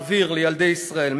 אעביר לילדי ישראל,